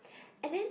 and then